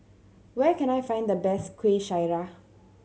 where can I find the best Kueh Syara